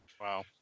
Wow